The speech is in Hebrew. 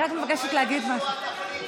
אני רק מבקשת להגיד משהו.